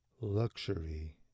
Luxury